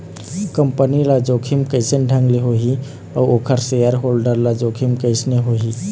Company ल जोखिम कइसन ढंग ले होही अउ ओखर सेयर होल्डर ल जोखिम कइसने होही?